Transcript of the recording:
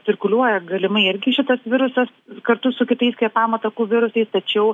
cirkuliuoja galimai irgi šitas virusas kartu su kitais kvėpavimo takų virusais tačiau